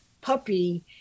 puppy